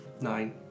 nine